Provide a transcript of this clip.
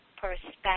perspective